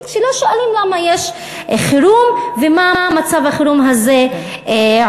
שלא שואלים למה יש חירום ומה מצב החירום הזה עושה.